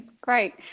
great